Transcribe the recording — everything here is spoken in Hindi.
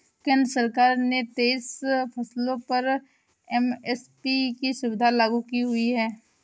केंद्र सरकार ने तेईस फसलों पर एम.एस.पी की सुविधा लागू की हुई है